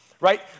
right